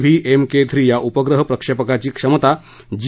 V M K three या उपग्रह प्रक्षेपकाची क्षमता जी